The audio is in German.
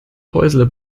häusle